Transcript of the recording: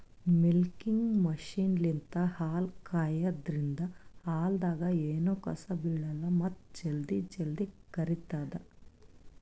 milking ಮಷಿನ್ಲಿಂತ್ ಹಾಲ್ ಕರ್ಯಾದ್ರಿನ್ದ ಹಾಲ್ದಾಗ್ ಎನೂ ಕಸ ಬಿಳಲ್ಲ್ ಮತ್ತ್ ಜಲ್ದಿ ಜಲ್ದಿ ಕರಿತದ್